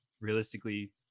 realistically